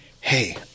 hey